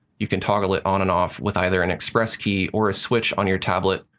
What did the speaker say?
you can toggle it on and off with either an express key, or a switch on your tablet,